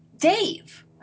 Dave